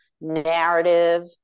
narrative